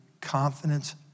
confidence